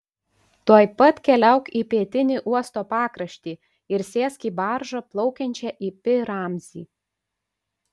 tuoj pat keliauk į pietinį uosto pakraštį ir sėsk į baržą plaukiančią į pi ramzį